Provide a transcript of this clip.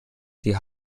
die